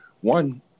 one